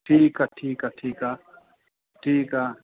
ठीकु आहे ठीकु आहे ठीकु आहे ठीकु आहे